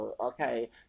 Okay